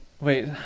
Wait